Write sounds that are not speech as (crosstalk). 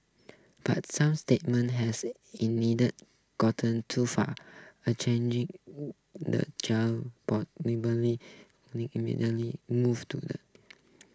but some statements has in needed gotten too far a changing the (unintelligible) move to the